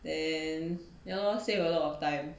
then ya lor save a lot of time